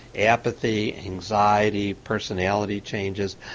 apathy, anxiety, personality changes,